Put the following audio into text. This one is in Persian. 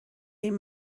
این